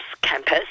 campus